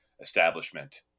establishment